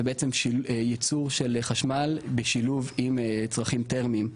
בעצם ייצור של חשמל בשילוב עם צרכים תרמיים,